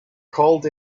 called